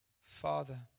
Father